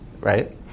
right